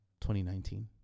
2019